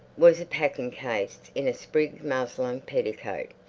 was packing-case in a sprigged muslin petticoat,